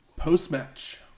Post-match